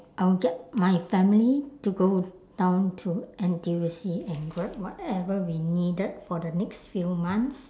I'll get my family to go down to N_T_U_C and grab whatever we needed for the next few months